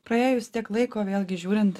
praėjus tiek laiko vėlgi žiūrint